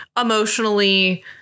emotionally